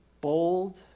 Bold